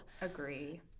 Agree